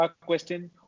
question